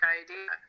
idea